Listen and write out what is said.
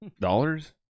Dollars